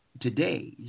today